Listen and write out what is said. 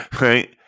Right